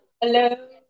Hello